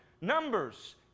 Numbers